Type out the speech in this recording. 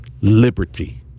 liberty